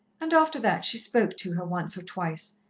and after that she spoke to her once or twice,